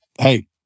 hey